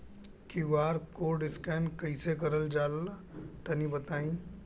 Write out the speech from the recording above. QR code scan कैसे क़रल जला तनि बताई?